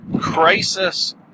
Crisis